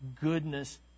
goodness